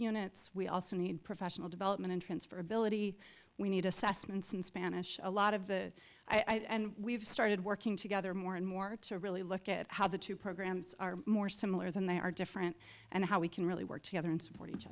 units we also need professional development and transfer ability we need assessments in spanish a lot of the i and we've started working together more and more to really look at how the two programs are more similar than they are different and how we can really work together and support each